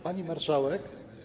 Pani Marszałek!